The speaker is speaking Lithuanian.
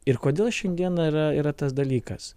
ir kodėl šiandieną yra yra tas dalykas